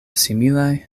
similaj